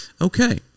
okay